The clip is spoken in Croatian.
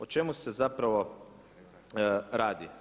O čemu se zapravo radi?